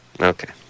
Okay